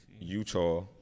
Utah